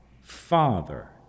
Father